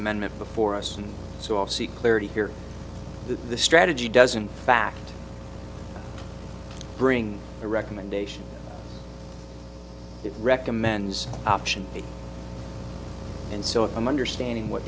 amendment before us and so i'll see clarity here that the strategy doesn't fact bring the recommendation it recommends option and so if i'm understanding what